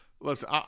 Listen